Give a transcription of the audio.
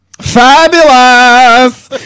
Fabulous